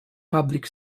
public